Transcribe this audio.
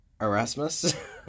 Erasmus